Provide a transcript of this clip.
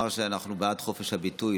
אומר שאנחנו בעד חופש הביטוי,